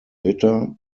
litter